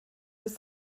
ist